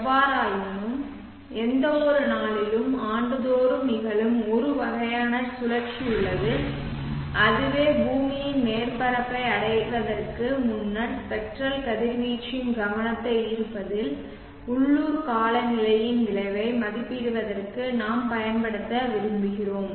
எவ்வாறாயினும் எந்தவொரு நாளிலும் ஆண்டுதோறும் நிகழும் ஒரு வகையான சுழற்சி உள்ளது அதுவே பூமியின் மேற்பரப்பை அடைவதற்கு முன்னர் ஸ்பெக்ட்ரல் கதிர்வீச்சின் கவனத்தை ஈர்ப்பதில் உள்ளூர் காலநிலையின் விளைவை மதிப்பிடுவதற்கு நாம் பயன்படுத்த விரும்புகிறோம்